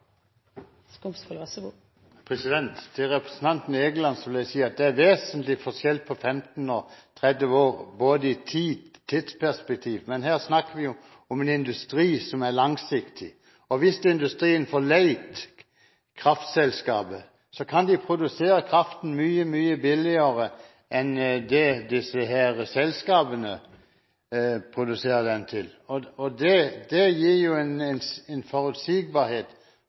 Til representanten Egeland vil jeg si at det er en vesentlig forskjell på 15 og 30 års tidsperspektiv. Her snakker vi om en industri som er langsiktig. Hvis industrien får leid kraftselskapet, kan de jo produsere kraften mye billigere enn det disse selskapene gjør. Det gir en forutsigbarhet for at den industrien skal kunne bestå. Hvis ikke er det stor fare for at det